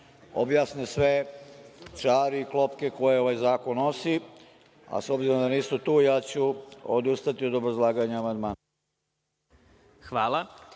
objasne sve čari klopke koju ovaj zakon nosi, a s obzirom da nisu tu, ja ću odustati od obrazlaganja